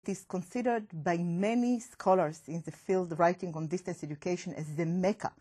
זה קשור לכל מיני חברות בתחום הכתובות על התפקיד המרכזי כמכה.